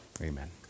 Amen